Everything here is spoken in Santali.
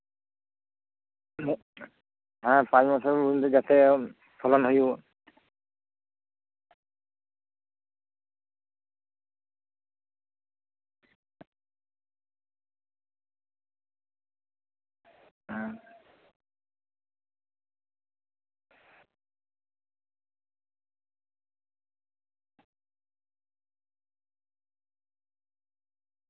ᱦᱮᱸ ᱯᱟᱸᱪ ᱵᱚᱪᱷᱚᱨ ᱛᱮ ᱡᱟᱛᱮ ᱯᱷᱚᱞᱚᱱ ᱦᱩᱭᱩᱜ ᱦᱩᱸ